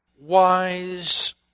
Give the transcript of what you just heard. wise